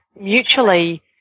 mutually